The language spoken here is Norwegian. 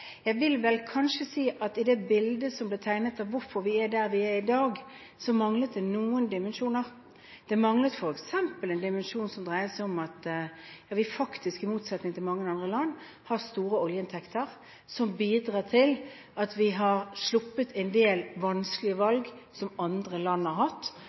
Jeg vil vel kanskje si at i det bildet som ble tegnet av hvorfor vi er der vi er i dag, manglet det noen dimensjoner. Det manglet f.eks. en dimensjon som dreide seg om at vi faktisk – i motsetning til mange andre land – har store oljeinntekter som bidrar til at vi har sluppet en del vanskelige valg som andre land har hatt,